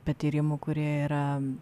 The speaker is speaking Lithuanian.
patyrimų kurie yra